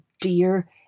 dear